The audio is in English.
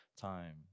time